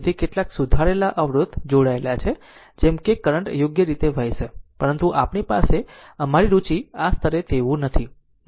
તેથી કેટલાક સુધારેલા અવરોધ જોડાયેલા છે જેમ કે કરંટ યોગ્ય રીતે વહેશે પરંતુ આપણી પાસે અમારી રુચિ આ સ્તરે તેવું નથી